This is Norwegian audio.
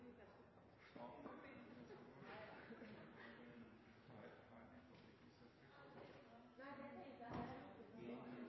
Jeg har et par